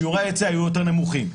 שיעורי ההיצע יהיו יותר נמוכים.